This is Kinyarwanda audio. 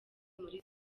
muri